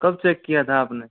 कब चेक किया था आपने